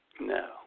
No